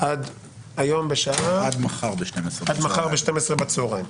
עד מחר ב-12:00 בצהריים.